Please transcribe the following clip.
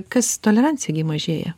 kas tolerancija gi mažėja